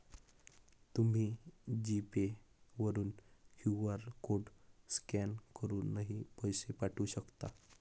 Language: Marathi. तुम्ही जी पे वरून क्यू.आर कोड स्कॅन करूनही पैसे पाठवू शकता